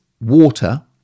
water